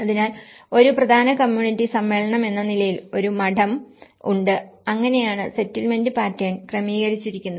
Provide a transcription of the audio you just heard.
അതിനാൽ ഒരു പ്രധാന കമ്മ്യൂണിറ്റി സമ്മേളനമെന്ന നിലയിൽ ഒരു മഠം ഉണ്ട് അങ്ങനെയാണ് സെറ്റിൽമെന്റ് പാറ്റേൺ ക്രമീകരിച്ചിരിക്കുന്നത്